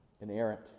inerrant